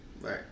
right